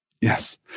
Yes